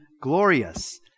glorious